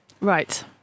Right